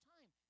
time